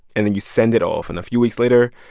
and then you send it off. and a few weeks later,